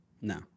No